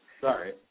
Sorry